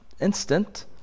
instant